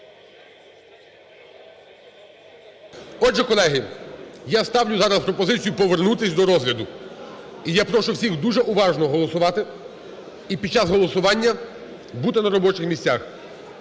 Отже, колеги, я ставлю зараз пропозицію повернутися до розгляду. І я прошу всіх дуже уважно голосувати і під час голосування бути на робочих місцях.